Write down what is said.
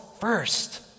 first